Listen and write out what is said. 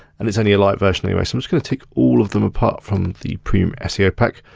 and it's only a lite version anyway, so i'm just gonna take all of them, apart from the premium seo pack.